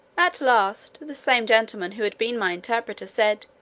at last, the same gentleman who had been my interpreter, said,